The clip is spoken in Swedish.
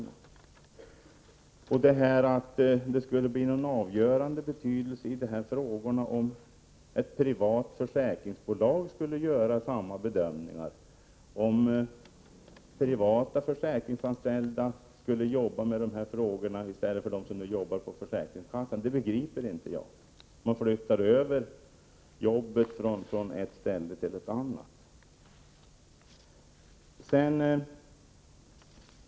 Sedan kan jag inte inse att det skulle bli någon avgörande skillnad i de här frågorna om privata försäkringsbolag skulle göra bedömningarna och privata försäkringsanställda jobba med dessa frågor i stället för de som nu jobbar på försäkringskassorna. Det begriper jag helt enkelt inte. Det innebär ju bara att man flyttar över jobb från ett ställe till ett annat.